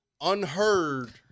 unheard